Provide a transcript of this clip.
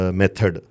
method